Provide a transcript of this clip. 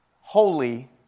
holy